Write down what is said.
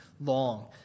Long